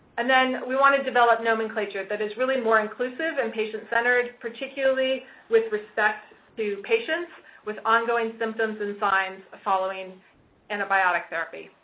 and then we want to develop nomenclature that is really more inclusive and patient-centered, particularly with respect to patients with ongoing symptoms and signs following antibiotic therapy.